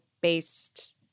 based